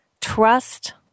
trust